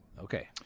Okay